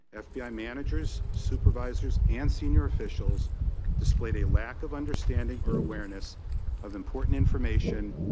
f b i. managers, supervisors and senior officials displayed a lack of understanding or awareness of important information